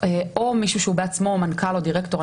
או מישהו שהוא בעצמו מנכ"ל או דירקטור.